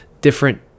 different